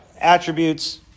attributes